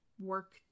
work